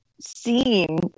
seen